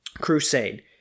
Crusade